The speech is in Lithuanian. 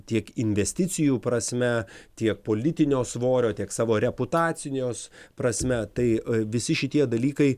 tiek investicijų prasme tiek politinio svorio tiek savo reputacijos prasme tai visi šitie dalykai